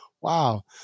wow